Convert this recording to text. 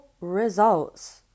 results